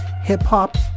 Hip-hop